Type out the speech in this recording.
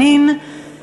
1 לא נתקבלה.